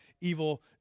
evil